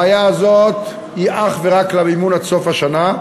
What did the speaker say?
הבעיה הזאת היא אך ורק למימון עד סוף השנה.